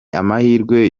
amahirwe